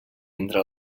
entre